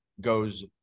goes